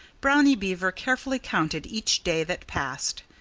brownie beaver carefully counted each day that passed.